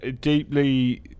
deeply